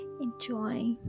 enjoy